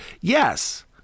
Yes